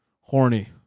horny